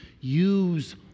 use